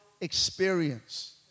experience